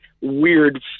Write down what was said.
weird